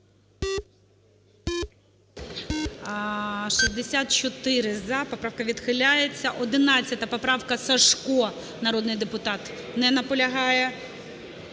За-64 Поправка відхиляється. 11 поправка, Сажко, народний депутат. Не наполягає.